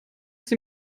sie